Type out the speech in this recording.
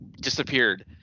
disappeared